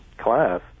class